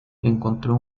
encontró